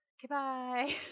Goodbye